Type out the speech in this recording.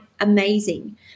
amazing